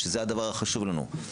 שזה הדבר החשוב לנו: